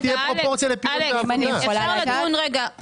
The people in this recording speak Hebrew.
אז צריך לבדוק את זה פשוט עובדתית.